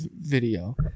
video